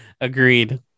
Agreed